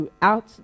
throughout